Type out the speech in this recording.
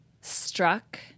struck